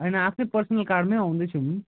होइन आफ्नै पर्सनल कारमै आउँदैछौँ